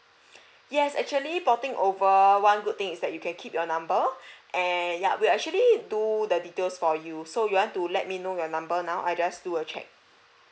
yes actually porting over one good thing is that you can keep your number and ya we actually do the details for you so you want to let me know your number now I just do a check